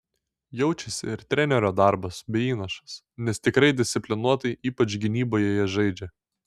jaučiasi ir trenerio darbas bei įnašas nes tikrai disciplinuotai ypač gynyboje jie žaidžia